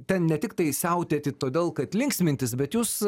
ten ne tiktai siautėti todėl kad linksmintis bet jūs